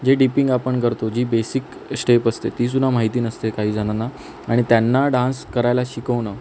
जे डिपींग आपण करतो जी बेसिक श्टेप असते ती सुद्धा माहिती नसते काही जणांना आणि त्यांना डान्स करायला शिकवणं